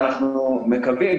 ואנחנו מקווים,